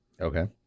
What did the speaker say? Okay